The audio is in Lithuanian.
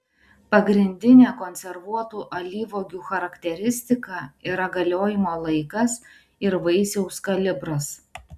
pagrindinė konservuotų alyvuogių charakteristika yra galiojimo laikas ir vaisiaus kalibras